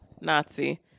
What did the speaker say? Nazi